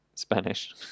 spanish